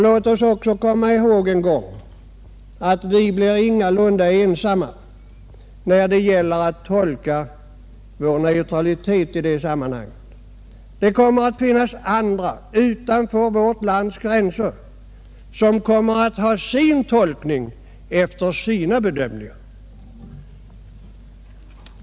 Låt oss också komma ihäg att vi ingalunda blir ensamma om att tolka vår neutralitet i det sammanhanget. Det finns andra, utanför vårt lands gränser, som kommer att göra sin tolkning efter sina bedömningar.